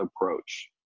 approach